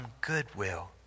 goodwill